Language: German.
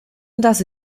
das